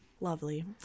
lovely